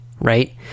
right